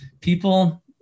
people